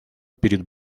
перед